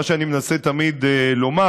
מה שאני מנסה תמיד לומר,